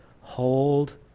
hold